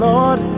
Lord